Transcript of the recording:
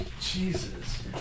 Jesus